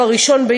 1941,